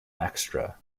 extra